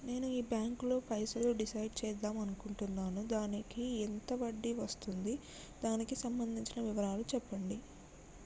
నేను ఈ బ్యాంకులో పైసలు డిసైడ్ చేద్దాం అనుకుంటున్నాను దానికి ఎంత వడ్డీ వస్తుంది దానికి సంబంధించిన వివరాలు చెప్పండి?